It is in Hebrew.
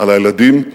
על הילדים,